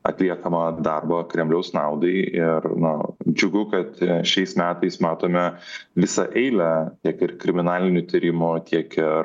atliekamą darbą kremliaus naudai ir na džiugu kad šiais metais matome visą eilę tiek ir kriminalinių tyrimų tiek ir